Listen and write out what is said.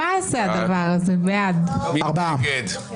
מי נגד?